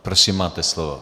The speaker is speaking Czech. Prosím, máte slovo.